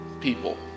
people